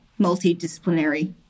multidisciplinary